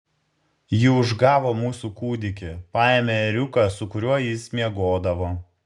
ji užgavo mūsų kūdikį paėmė ėriuką su kuriuo jis miegodavo